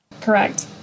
Correct